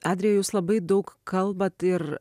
adrija jūs labai daug kalbat ir